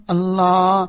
Allah